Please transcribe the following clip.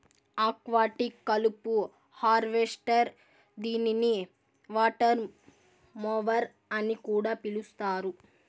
aquatic కలుపు harvester దీనిని water mower అని కూడా పిలుస్తారు